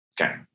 Okay